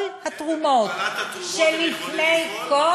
כל התרומות שלפני, כן?